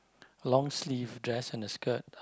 long sleeve dress and a skirt